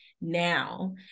now